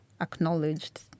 acknowledged